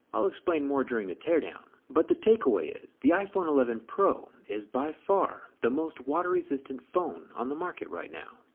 i'll explain more during the teardown, but the takeaway is the iphone eleven pro is by far the most water resistant phone on the market right now.